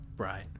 right